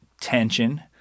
tension